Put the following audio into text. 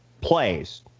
plays